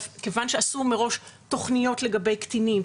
מכיוון שעשו מראש תוכניות לגבי קטינים,